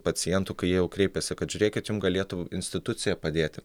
pacientų kai jie jau kreipiasi kad žiūrėkit jum galėtų institucija padėti